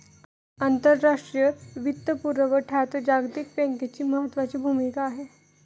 आंतरराष्ट्रीय वित्तपुरवठ्यात जागतिक बँकेची महत्त्वाची भूमिका आहे